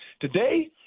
today